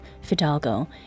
Fidalgo